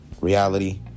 reality